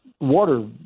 water